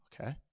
Okay